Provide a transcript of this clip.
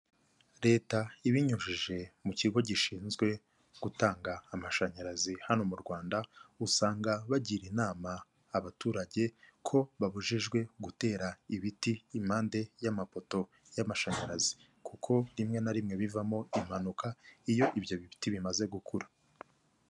Leta ibinyujije mu kigo gishinzwe gutanga amashanyarazi hano mu Rwanda, usanga bagira inama abaturage ko babujijwe gutera ibiti impande y'amapoto y'amashanyarazi, kuko rimwe na rimwe bivamo impanuka iyo ibyo biti bimaze gukura.